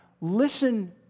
Listen